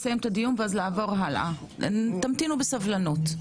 תמתינו בסבלנות.